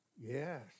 Yes